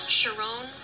Sharon